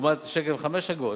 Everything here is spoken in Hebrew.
לעומת שקל ו-5 אגורות,